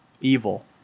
evil